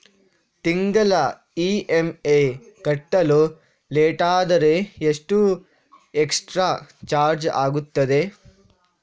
ತಿಂಗಳ ಇ.ಎಂ.ಐ ಕಟ್ಟಲು ಲೇಟಾದರೆ ಎಷ್ಟು ಎಕ್ಸ್ಟ್ರಾ ಚಾರ್ಜ್ ಆಗುತ್ತದೆ?